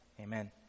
Amen